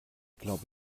glaube